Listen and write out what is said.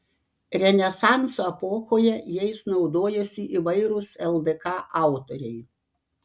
renesanso epochoje jais naudojosi įvairūs ldk autoriai